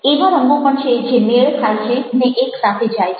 એવા રંગો પણ છે જે મેળ ખાય છે ને એક સાથે જાય છે